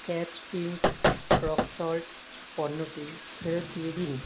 catch pink rock salt পণ্যটি ফেরত দিয়ে দিন